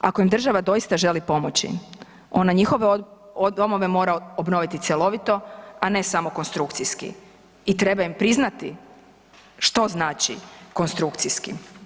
Ako im država doista želi pomoći ona njihove domove mora obnoviti cjelovito, a ne samo konstrukcijski i treba im priznati što znači konstrukcijski.